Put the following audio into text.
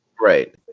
Right